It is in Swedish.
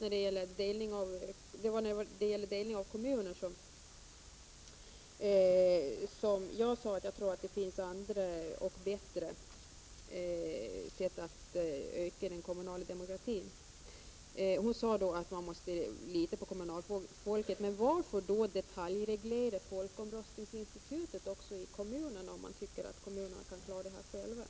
När det gäller delning av kommuner sade jag att jag tror att det finns andra och bättre sätt att öka den kommunala demokratin. Ylva Annerstedt sade då att man måste lita på kommunalfolket. Men varför detaljreglera folkomröstningsinstitutet också i kommunerna, om man tycker att kommunerna själva kan besluta om det?